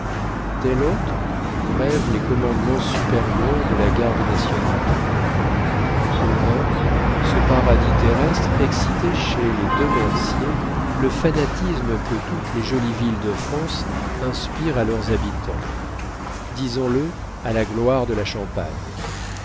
tel autre rêve les commandements supérieurs de la garde nationale provins ce paradis terrestre excitait chez les deux merciers le fanatisme que toutes les jolies villes de france inspirent à leurs habitants disons-le à la gloire de la champagne